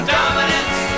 Dominance